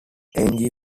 angie